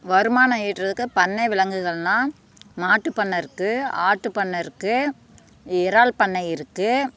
வருமானம் ஈட்டுறதுக்கு பண்ணை விலங்குகள்னால் மாட்டு பண்ணை இருக்குது ஆட்டு பண்ணை இருக்குது இறால் பண்ணை இருக்குது